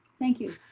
thank you,